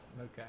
Okay